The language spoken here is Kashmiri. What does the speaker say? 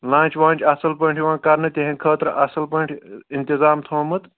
لَنچ وَنچ اَصٕل پٲٹھۍ یِوان کَرنہٕ تِہِنٛدۍ خٲطرٕ اَصٕل پٲٹھۍ اِنتظام تھوٚمُت